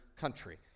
country